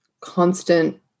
constant